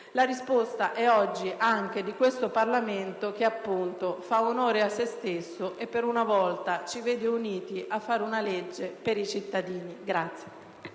La risposta è oggi anche di questo Parlamento, che fa onore a se stesso e, per un volta, ci vede uniti ad approvare una legge per i cittadini.